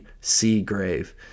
Seagrave